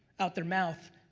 out their mouth,